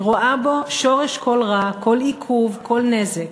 היא רואה בו שורש כל רע, כל עיכוב, כל נזק.